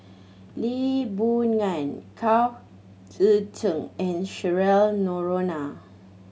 Lee Boon Ngan Chao Tzee Cheng and Cheryl Noronha